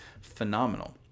phenomenal